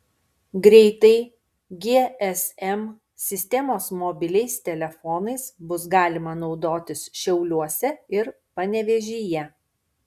greitai gsm sistemos mobiliais telefonais bus galima naudotis šiauliuose ir panevėžyje